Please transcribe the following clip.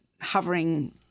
hovering